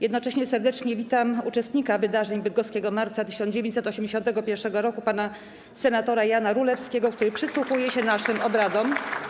Jednocześnie serdecznie witam uczestnika Wydarzeń Bydgoskiego Marca 1981 roku - pana senatora Jana Rulewskiego, który przysłuchuje się naszym obradom.